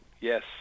yes